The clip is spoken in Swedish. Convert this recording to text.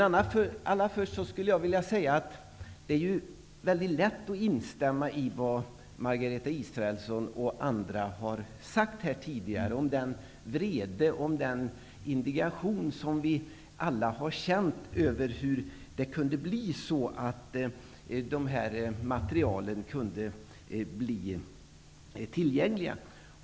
Allra först skulle jag vilja säga att det är mycket lätt att instämma i det som Margareta Israelsson och andra har sagt här tidigare om den vrede och indignation som vi alla har känt över hur detta material kunde bli tillgängligt.